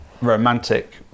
romantic